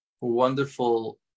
wonderful